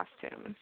costumes